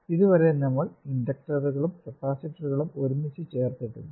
ഇത് വരെ നമ്മൾ ഇൻഡക്ടറുകളും കപ്പാസിറ്ററുകളും ഒരുമിച്ച് ചേർത്തിട്ടില്ല